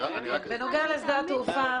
אני רק --- בנוגע לשדה התעופה,